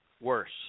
Worse